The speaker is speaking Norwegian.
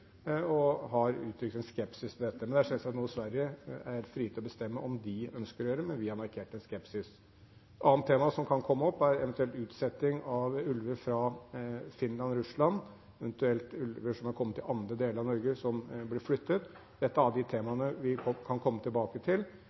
har markert en skepsis til dette. Men det er selvsagt noe Sverige er helt fri til å bestemme om de ønsker å gjøre, men vi har altså markert en skepsis. Et annet tema som kan komme opp, er eventuell utsetting av ulver fra Finland og Russland, eventuelt ulver som har kommet til andre deler av Norge, og som blir flyttet. Dette er et av de temaene vi godt kan komme tilbake til.